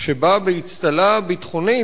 שבאה באצטלה ביטחונית.